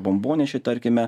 bombonešiai tarkime